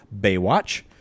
Baywatch